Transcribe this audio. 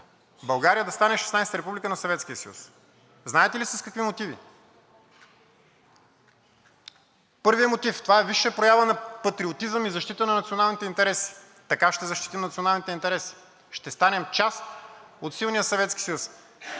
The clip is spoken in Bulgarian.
България да стане 16-а република на Съветския съюз. Знаете ли с какви мотиви? Първият мотив – това е висша проява на патриотизъм и защита на националните интереси. Така ще защитим националните интереси, ще станем част от силния